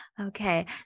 okay